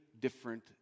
different